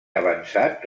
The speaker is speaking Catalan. avançat